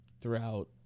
throughout